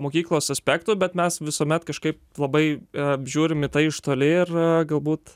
mokyklos aspektų bet mes visuomet kažkaip labai apžiūrimi iš toli ir galbūt